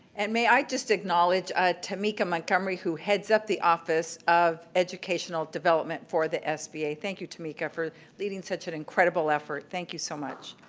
and may i just acknowledge ah tameka montgomery, who heads up the office of educational development for the sba. thank you, tameka for leading such an incredible effort. thank you so much.